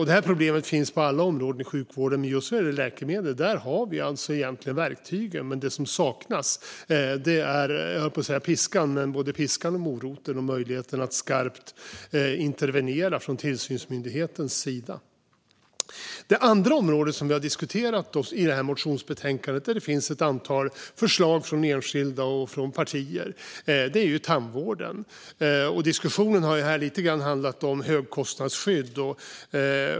Det problemet finns på alla områden i sjukvården. Men just när det gäller läkemedel har vi egentligen verktygen. Det som saknas är både piskan och moroten och möjligheten att skarpt intervenera från tillsynsmyndighetens sida. Det andra området som vi har diskuterat i motionsbetänkandet, där det finns ett antal förslag från enskilda och partier, är tandvården. Diskussionen har här lite grann handlat om högkostnadsskydd.